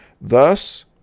Thus